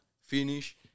finish